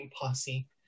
Posse